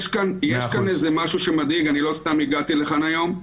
יש כאן משהו שמדאיג, לא סתם הגעתי לכאן היום.